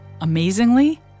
Amazingly